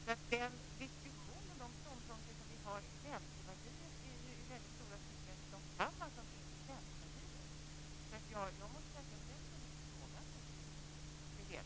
Här råder det en förvirring som inte har med sanningen att göra.